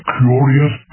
curious